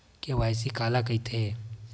KYC काला कइथे?